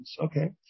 Okay